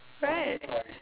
right